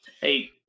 hey